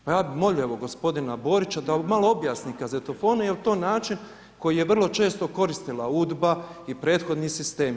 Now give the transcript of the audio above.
Pa ja bih molio evo gospodina Borića da malo objasni kazetofone, jer je to način koji je vrlo često koristila UDBA i prethodni sistem.